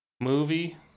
movie